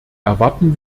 erwarten